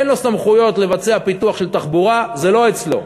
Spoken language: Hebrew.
אין לו סמכויות לבצע פיתוח של תחבורה, זה לא אצלו.